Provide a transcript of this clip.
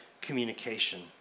communication